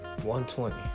120